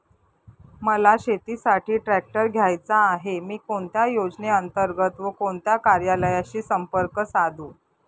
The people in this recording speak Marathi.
मला शेतीसाठी ट्रॅक्टर घ्यायचा आहे, मी कोणत्या योजने अंतर्गत व कोणत्या कार्यालयाशी संपर्क साधू?